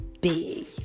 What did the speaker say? big